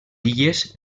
illes